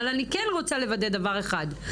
אבל אני כן רוצה לוודא דבר אחד.